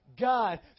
God